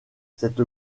cette